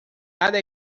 cada